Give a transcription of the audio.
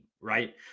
right